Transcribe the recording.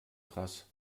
krass